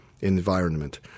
environment